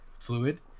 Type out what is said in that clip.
fluid